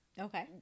Okay